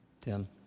Tim